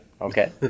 Okay